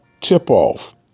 tip-off